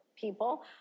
people